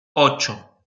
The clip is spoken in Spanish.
ocho